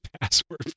password